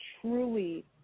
truly